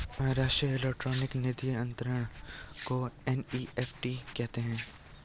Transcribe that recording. राष्ट्रीय इलेक्ट्रॉनिक निधि अनंतरण को एन.ई.एफ.टी कहते हैं